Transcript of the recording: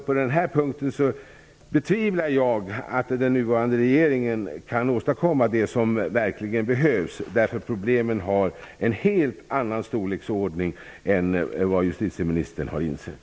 På den här punkten betvivlar jag att den nuvarande regeringen kan åstadkomma det som verkligen behövs. Problemen har ju en helt annan storleksordning än vad justitieministern har insett.